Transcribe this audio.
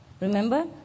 Remember